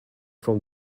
from